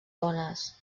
dones